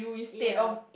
ya